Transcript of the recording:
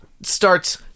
starts